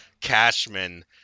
Cashman